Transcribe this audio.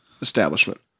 establishment